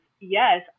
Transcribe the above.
yes